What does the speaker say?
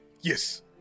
yes